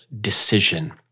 decision